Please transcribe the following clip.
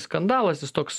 skandalas jis toks